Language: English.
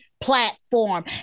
platform